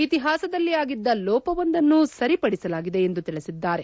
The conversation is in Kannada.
ಇತಿಹಾಸದಲ್ಲಿ ಆಗಿದ್ದ ಲೋಪವೊಂದನ್ನು ಸರಿಪಡಿಸಿದ್ದಾರೆ ಎಂದು ತಿಳಿಸಿದ್ದಾರೆ